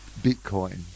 Bitcoin